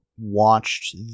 watched